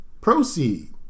proceed